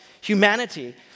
humanity